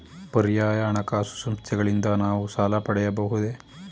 ಪರ್ಯಾಯ ಹಣಕಾಸು ಸಂಸ್ಥೆಗಳಿಂದ ನಾವು ಸಾಲ ಪಡೆಯಬಹುದೇ?